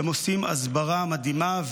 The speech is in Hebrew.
הם עושים הסברה מדהימה,